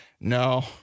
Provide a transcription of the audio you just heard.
no